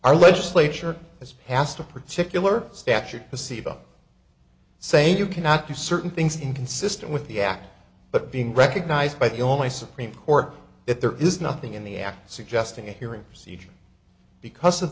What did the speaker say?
our legislature has passed a particular statute receive them saying you cannot do certain things inconsistent with the act but being recognized by the only supreme court if there is nothing in the act suggesting a hearing procedure because of